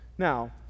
Now